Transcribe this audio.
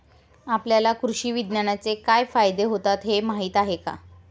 आपल्याला कृषी विज्ञानाचे काय फायदे होतात हे माहीत आहे का?